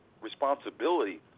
responsibility